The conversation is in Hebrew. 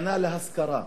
בנה להשכרה.